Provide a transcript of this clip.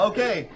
Okay